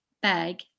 bag